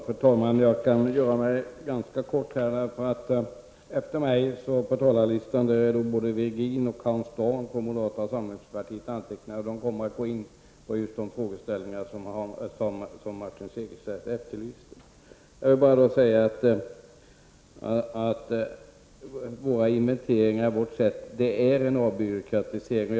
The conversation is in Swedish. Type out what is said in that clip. Fru talman! Jag kan fatta mig ganska kort. Både Ivar Virgin och Hans Dau från moderata samlingspartiet är antecknade efter mig på talarlistan, och de kommer att gå in på de frågeställningar som Martin Segerstedt tog upp. Jag vill nu bara säga att vårt sätt att göra inventeringar innebär en avbyråkratisering.